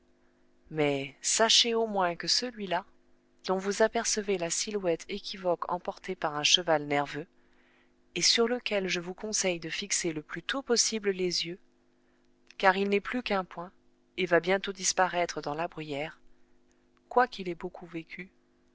mais sachez au moins que celui-là dont vous apercevez la silhouette équivoque emportée par un cheval nerveux et sur lequel je vous conseille de fixer le plus tôt possible les yeux car il n'est plus qu'un point et va bientôt disparaître dans la bruyère quoiqu'il ait beaucoup vécu